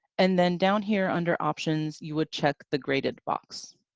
and then down here under options, you would check the graded box.